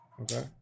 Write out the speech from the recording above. Okay